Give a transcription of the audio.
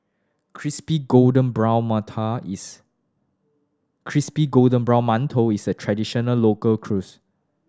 crispy golden brown manta is crispy golden brown mantou is a traditional local cuisine